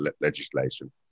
legislation